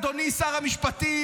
אדוני שר המשפטים,